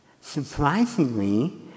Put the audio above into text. Surprisingly